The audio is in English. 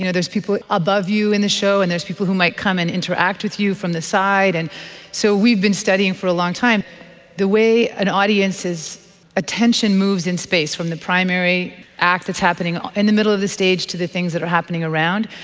you know there's people above you in the show and there's people who might come and interact with you from the side. and so we've been studying for a long time the way an audience's attention moves in space, from the primary act that's happening in the middle of the stage to the things that are happening around.